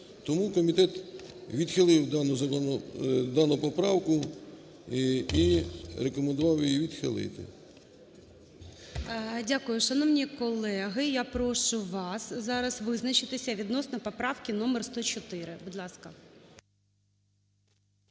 Тому комітет відхилив дану поправку і рекомендував її відхилити. ГОЛОВУЮЧИЙ. Дякую. Шановні колеги, я прошу вас зараз визначитися відносно поправки номер 104, будь ласка.